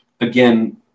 again